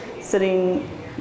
sitting